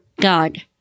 God